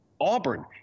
Auburn